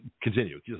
continue